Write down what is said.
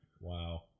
Wow